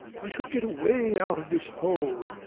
i should get away out of this hole,